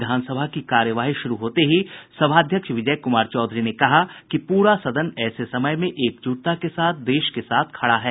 विधानसभा की कार्यवाही शुरू होते ही सभाध्यक्ष विजय कुमार चौधरी ने कहा कि पूरा सदन ऐसे समय में एकजुटता के साथ देश के साथ खड़ा है